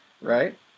right